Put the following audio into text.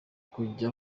kujya